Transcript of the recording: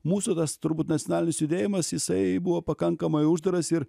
mūsų tas turbūt nacionalinis judėjimas jisai buvo pakankamai uždaras ir